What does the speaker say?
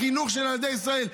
לחינוך של ילדי ישראל.